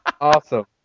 Awesome